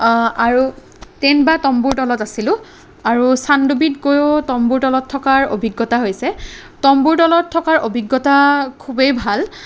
আৰু টেণ্ট বা তম্বুৰ তলত আছিলোঁ আৰু চানডুবিত গৈও তম্বুৰ তলত থকাৰ অভিজ্ঞতা হৈছে তম্বুৰ তলত থকা অভিজ্ঞতা খুবেই ভাল